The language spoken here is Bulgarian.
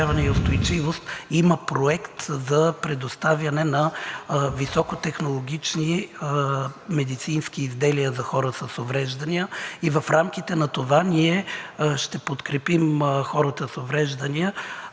и устойчивост има проект за предоставяне на високотехнологични медицински изделия за хора с увреждания. В рамките на това ние ще подкрепим хората с увреждания,